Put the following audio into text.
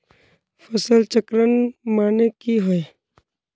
फसल चक्रण माने की होय?